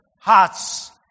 hearts